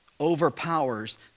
overpowers